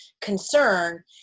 concern